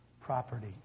property